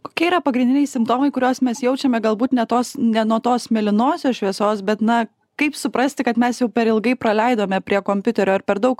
kokie yra pagrindiniai simptomai kuriuos mes jaučiame galbūt ne tos ne nuo tos mėlynosios šviesos bet na kaip suprasti kad mes jau per ilgai praleidome prie kompiuterio ar per daug